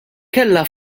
kellha